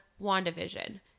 WandaVision